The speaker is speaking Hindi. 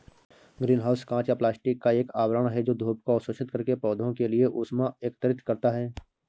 ग्रीन हाउस कांच या प्लास्टिक का एक आवरण है जो धूप को अवशोषित करके पौधों के लिए ऊष्मा एकत्रित करता है